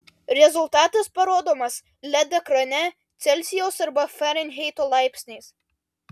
rezultatas parodomas led ekrane celsijaus arba farenheito laipsniais